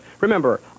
Remember